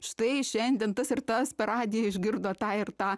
štai šiandien tas ir tas per radiją išgirdo tą ir tą